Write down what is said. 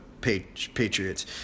Patriots